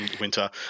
winter